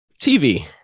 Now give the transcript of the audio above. TV